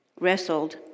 wrestled